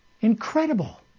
Incredible